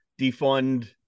defund